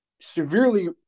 severely